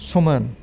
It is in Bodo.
समान